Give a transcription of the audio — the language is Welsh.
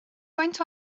faint